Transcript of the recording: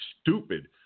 stupid